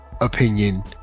opinion